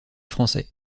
français